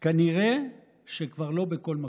אבל כנראה שכבר לא בכל מקום.